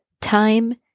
time